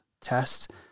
test